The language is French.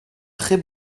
très